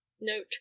Note